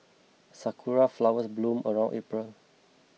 sakura flowers bloom around April